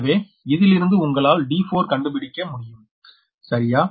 எனவே இதிலிருந்து உங்களால் d4 கண்டுபிடிக்க முடியும் சரியா